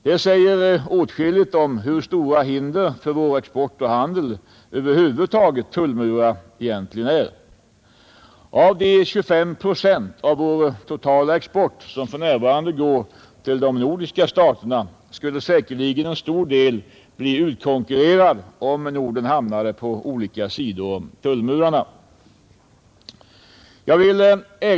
Detta säger åtskilligt om hur stora hinder för vår export och handel över huvud taget tullmurar egentligen är. Av de 25 procent av vår totala export som för närvarande går till de nordiska staterna skulle säkerligen en stor del bli utkonkurrerad, om de nordiska länderna hamnade på olika sidor av tullmurarna.